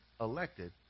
elected